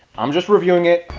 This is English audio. i'm just reviewing it.